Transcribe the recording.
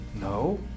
No